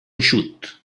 eixut